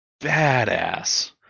badass